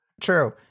True